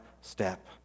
step